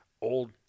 old